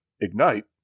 Ignite